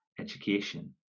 education